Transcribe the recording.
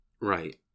Right